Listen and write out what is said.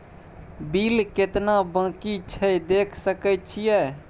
Bill केतना बाँकी छै देख सके छियै?